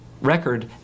record